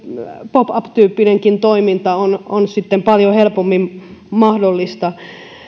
pop up tyyppinenkin toiminta on on paljon helpommin mahdollista